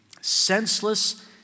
senseless